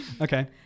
Okay